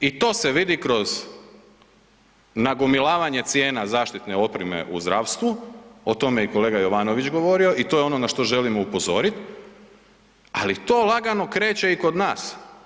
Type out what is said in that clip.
I to se vidi kroz nagomilavanje cijena zaštitne opreme u zdravstvu, o tome je i kolega Jovanović govorio i to je ono na što želimo upozoriti, ali to lagano kreće i kod nas.